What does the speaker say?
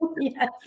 Yes